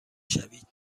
شوید